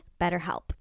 BetterHelp